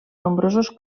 nombrosos